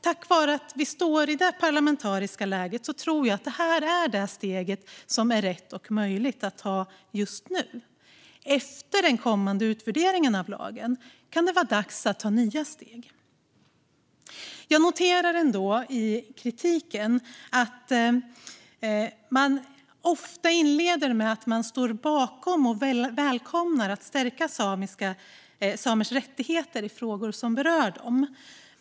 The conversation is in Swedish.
Tack vare att vi har detta parlamentariska läge tror jag att det är detta steg som är rätt och möjligt att ta just nu. Efter den kommande utvärderingen av lagen kan det vara dags att ta nya steg. Jag noterar ändå att kritikerna ofta inleder med att de står bakom och välkomnar ett stärkande av samers rättigheter i frågor som berör dem.